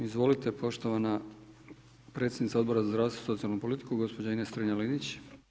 Izvolite poštovana predsjednica Odbora za zdravstvo, socijalnu politiku gospođa Ines Strenja Linić.